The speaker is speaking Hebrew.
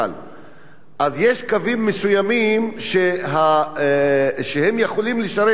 אז יש קווים מסוימים שיכולים לשרת יותר את האנשים,